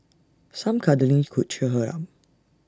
some cuddling could cheer her up